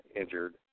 injured